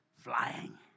flying